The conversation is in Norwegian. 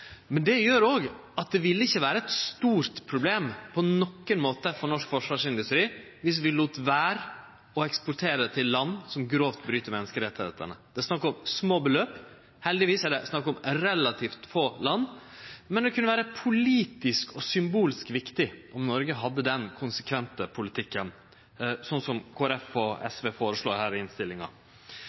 Men det gjer òg at det ikkje på nokon måte ville vere eit stort problem for norsk forsvarsindustri om vi lét vere å eksportere til land som grovt bryt menneskerettane. Det er snakk om små beløp, og heldigvis er det snakk om relativt få land, men det kunne vere politisk og symbolsk viktig om Noreg hadde denne konsekvente politikken, slik Kristeleg Folkeparti og SV føreslår her i innstillinga.